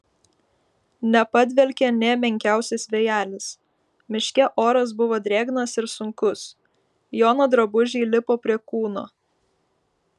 nepadvelkė nė menkiausias vėjelis miške oras buvo drėgnas ir sunkus jono drabužiai lipo prie kūno